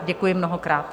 Děkuji mnohokrát.